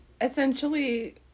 essentially